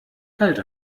kalt